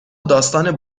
داستان